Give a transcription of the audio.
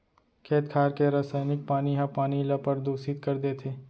खेत खार के रसइनिक पानी ह पानी ल परदूसित कर देथे